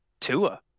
tua